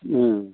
ओं